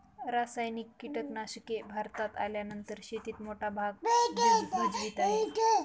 रासायनिक कीटनाशके भारतात आल्यानंतर शेतीत मोठा भाग भजवीत आहे